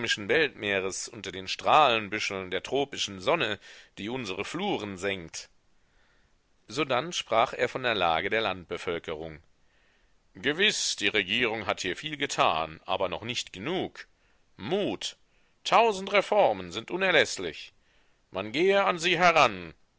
weltmeeres unter den strahlenbüscheln der tropischen sonne die unsere fluren sengt sodann sprach er von der lage der landbevölkerung gewiß die regierung hat hier viel getan aber noch nicht genug mut tausend reformen sind unerläßlich man gehe an sie heran